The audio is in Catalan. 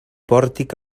pòrtic